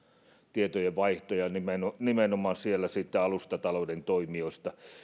tietojenvaihto ja nimenomaan siellä alustatalouden toimijat